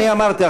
אני אמרתי,